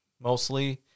mostly